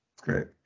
great